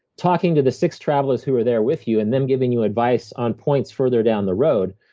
talking to the six travelers who are there with you, and them giving you advice on points further down the road.